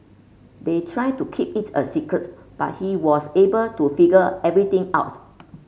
they tried to keep it a secret but he was able to figure everything out